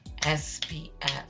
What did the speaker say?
SPF